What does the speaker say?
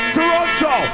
Toronto